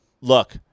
look